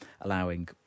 allowing